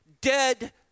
Dead